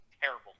terrible